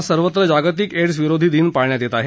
आज सर्वत्र जागतिक एड्स विरोधी दिन पाळण्यात येत आहे